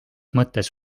mõttes